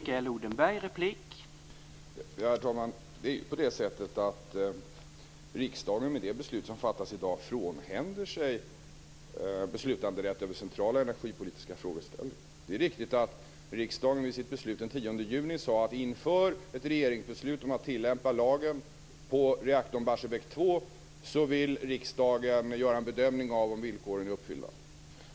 Herr talman! Med det beslut som fattas i dag frånhänder sig riksdagen beslutanderätten över centrala energipolitiska frågor. Det är riktigt att riksdagen vid sitt beslut den 10 juni sade att riksdagen inför ett regeringsbeslut om att tillämpa lagen på reaktorn Barsebäck 2 vill göra en bedömning av om villkoren är uppfyllda.